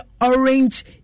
orange